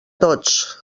tots